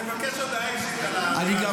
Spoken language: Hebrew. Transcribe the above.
אני מבקש הודעה אישית על האמירה הזאת.